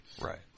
Right